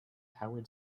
howard